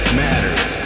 matters